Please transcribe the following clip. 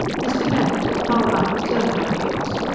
mr. baird! how about observed objects?